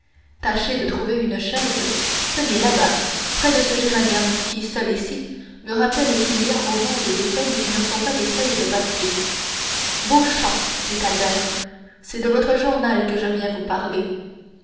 tâchez de trouver une chaise tenez là-bas près de ce géranium qui seul ici me rappelle qu'il y a au monde des feuilles qui ne sont pas des feuilles de papier beauchamp dit albert c'est de votre journal que je viens vous parler